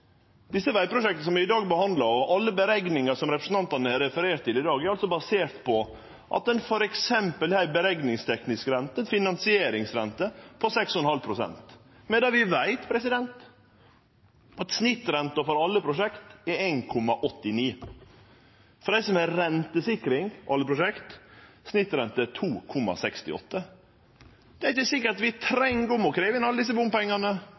som vi i dag behandlar, og alle berekningar som representantane har referert til i dag, er altså baserte på at ein f.eks. har ei berekningsteknisk rente, ei finansieringsrente, på 6,5 pst., medan vi veit at snittrenta for alle prosjekt er 1,89 pst. For dei som har rentesikring – alle prosjekt – er snittrenta 2,68 pst. Det er ikkje sikkert at vi treng å krevje inn alle desse bompengane